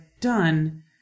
done